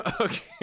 Okay